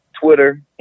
Twitter